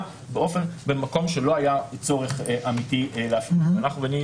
במקום שלא היה צורך אמיתי להפעיל אותה.